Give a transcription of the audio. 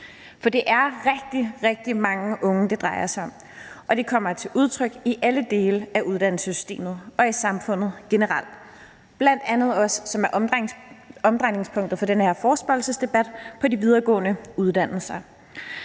på. Det er rigtig, rigtig mange unge, det drejer sig om, og det kommer til udtryk i alle dele af uddannelsessystemet og i samfundet generelt, bl.a. også, og det er omdrejningspunktet for den her forespørgselsdebat, på de videregående uddannelser.